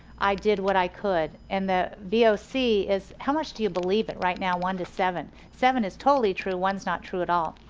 i did what i could. and the voc is how much do you believe it? right now one to seven. seven is totally true, one is not true at all.